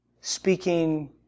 Speaking